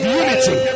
unity